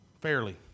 fairly